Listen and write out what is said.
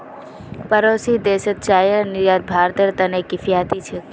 पड़ोसी देशत चाईर निर्यात भारतेर त न किफायती छेक